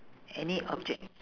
any object